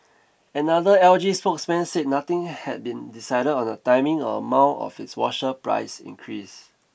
another L G spokesman said nothing had been decided on the timing or amount of its washer price increase